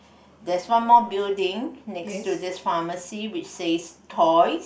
there's one more building next to this pharmacy which says toys